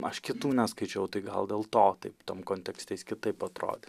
aš kitų neskaičiau tai gal dėl to taip tam kontekste jis kitaip atrodė